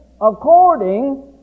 according